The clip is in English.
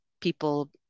people